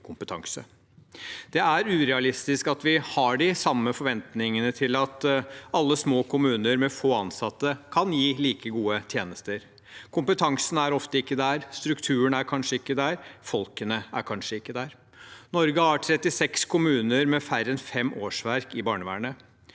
Det er urealistisk at vi har de samme forventningene til alle små kommuner med få ansatte, til at de kan gi like gode tjenester. Kompetansen er ofte ikke der. Strukturen er kanskje ikke der. Folkene er kanskje ikke der. Norge har 36 kommuner med færre enn fem årsverk i barnevernet.